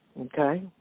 Okay